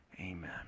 Amen